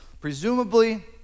Presumably